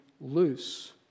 loose